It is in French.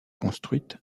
construites